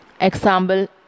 Example